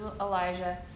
Elijah